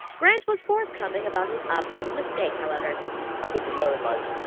grant was forthcoming about his obvious mistake, however i think you know in life, ah,